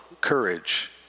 courage